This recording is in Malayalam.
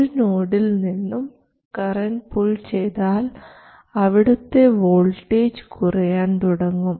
ഒരു നോഡിൽ നിന്നും കറൻറ് പുൾ ചെയ്താൽ അവിടുത്തെ വോൾട്ടേജ് കുറയാൻ തുടങ്ങും